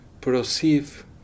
perceive